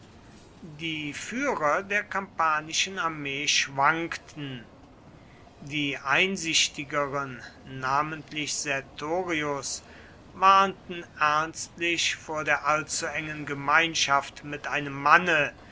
die führer der kampanischen armee schwankten die einsichtigeren namentlich sertorius warnten ernstlich vor der allzuengen gemeinschaft mit einem manne